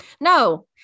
no